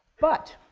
but,